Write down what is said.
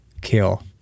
kill